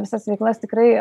visas veiklas tikrai